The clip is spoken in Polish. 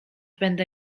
będę